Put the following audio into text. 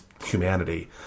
humanity